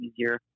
easier